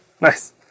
Nice